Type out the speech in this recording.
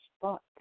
spot